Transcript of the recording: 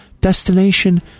destination